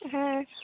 হ্যাঁ